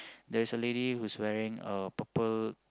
there's a lady who is wearing uh purple